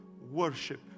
worship